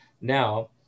now